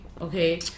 okay